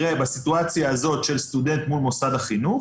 בסיטואציה הזו של סטודנט מול מוסד החינוך,